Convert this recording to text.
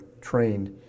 trained